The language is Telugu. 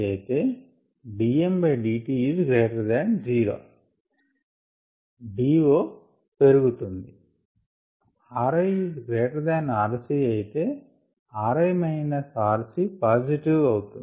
IfrirCdmdt0DO పెరుగును rirC అయితే ri rC పాజిటివ్ అవుతుంది